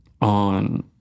on